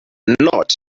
note